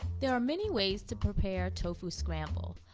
there are many ways to prepare tofu scramble.